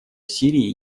сирии